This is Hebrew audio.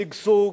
שגשוג,